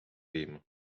viima